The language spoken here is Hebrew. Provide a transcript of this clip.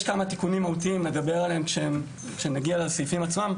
יש כמה תיקונים מהותיים שנדבר עליהם כשנגיע לסעיפים עצמם,